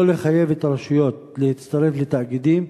לא לחייב את הרשויות להצטרף לתאגידים.